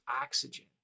oxygen